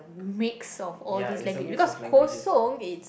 mix of all these language because Kosong is